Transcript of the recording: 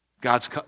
God's